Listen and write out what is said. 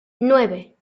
nueve